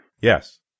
Yes